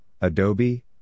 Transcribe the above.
Adobe